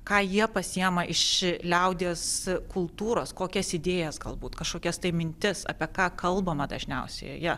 ką jie pasiėma iš liaudies kultūros kokias idėjas galbūt kažkokias tai mintis apie ką kalbama dažniausiai joje